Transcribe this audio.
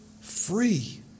free